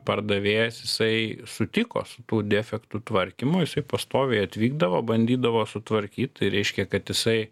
pardavėjas jisai sutiko su tų defektų tvarkymu jisai pastoviai atvykdavo bandydavo sutvarkyt tai reiškia kad jisai